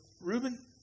Reuben